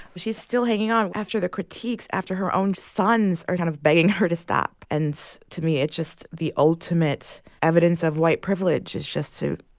she's still hanging on after the critiques, after her own sons are kind of begging her to stop. and to me, it's just the ultimate evidence of white privilege is just to,